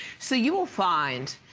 so you will find